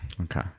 Okay